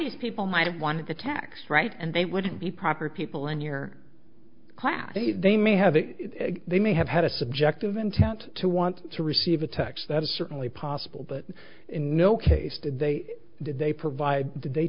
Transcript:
these people might have wanted to tax right and they wouldn't be proper people in your class they may have a they may have had a subjective intent to want to receive a text that is certainly possible but in no case did they did they provide that they